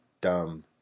dumb